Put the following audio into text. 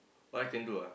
what I can do ah